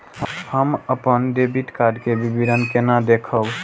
हम अपन debit card के विवरण केना देखब?